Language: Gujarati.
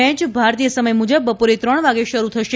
મેચ ભારતીય સમય મુજબ બપોરે ત્રણ વાગે શરૂ થશે